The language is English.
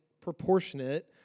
proportionate